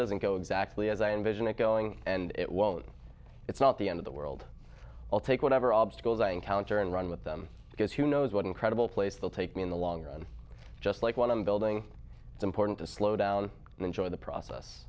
doesn't go exactly as i envision it going and it won't it's not the end of the world i'll take whatever obstacles i encounter and run with them because who knows what incredible place will take me in the long run just like when i'm building it's important to slow down and enjoy the process